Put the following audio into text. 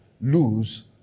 lose